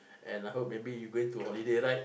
and I hope maybe you going to holiday right